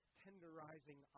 tenderizing